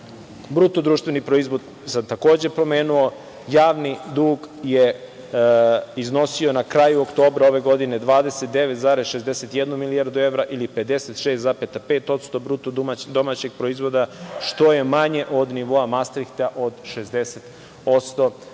9%.Bruto društveni proizvod sam takođe pomenuo, javni dug je iznosio na kraju oktobra ove godine 29,61 milijardu evra ili 56,5% BDP, što je manje od nivoa Mastrihta od 60%.